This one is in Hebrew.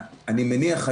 אני מניח,